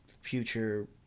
Future